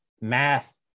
math